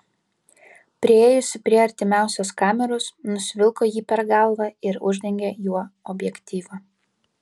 priėjusi prie artimiausios kameros nusivilko jį per galvą ir uždengė juo objektyvą